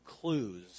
clues